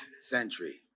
century